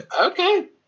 Okay